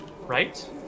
Right